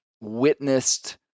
witnessed